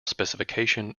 specification